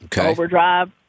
Overdrive